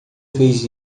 fez